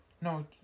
No